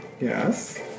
Yes